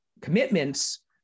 commitments